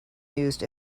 used